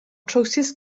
trowsus